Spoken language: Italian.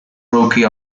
rookie